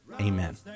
Amen